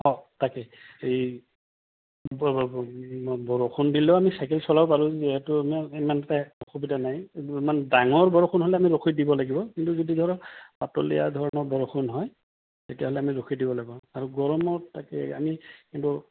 অঁ তাকেই এই বৰষুণ দিলেও আমি চাইকেল চলাব পাৰোঁ যিহেতু আমাৰ ইমান এটা অসুবিধা নাই ইমান ডাঙৰ বৰষুণ হ'লে আমি ৰখি দিব লাগিব কিন্তু যদি ধৰক পাতলীয়া ধৰণৰ বৰষুণ হয় তেতিয়াহ'লে আমি ৰখি দিব লাগিব আৰু গৰমৰ তাকে আমি কিন্তু